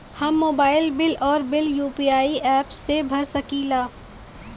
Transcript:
हम mobile bill और bill UPI app से भर सकिला